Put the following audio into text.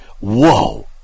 Whoa